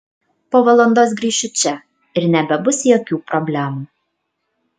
po valandos grįšiu čia ir nebebus jokių problemų